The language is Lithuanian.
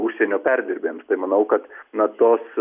užsienio perdirbėjams tai manau kad na tos